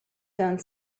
done